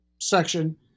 section